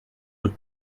deux